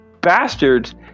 Bastards